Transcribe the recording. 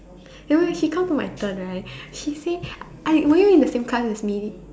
then when she comes to my turn right she say I were you in the same class as me